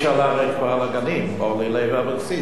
אורלי לוי אבקסיס שאלה על הגנים.